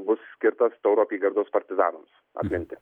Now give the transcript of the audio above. jis bus skirtas tauro apygardos partizanams atminti